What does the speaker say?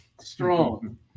strong